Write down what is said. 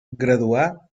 graduar